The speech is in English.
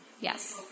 Yes